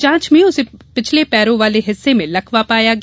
जांच में उसे पिछले पैरों वाले हिस्से में लकवा पाया गया